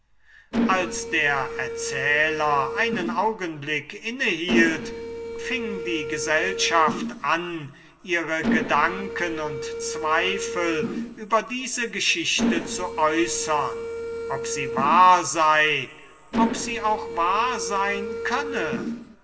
als der erzähler einen augenblick innehielt fing die gesellschaft an ihre gedanken und zweifel über diese geschichte zu äußern ob sie wahr sei ob sie auch wahr sein könne